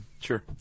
Sure